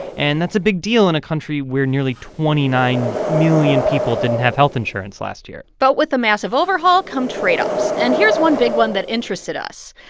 and that's a big deal in a country where nearly twenty nine million people didn't have health insurance last year but with a massive overhaul come trade-offs. and here's one big one that interested us.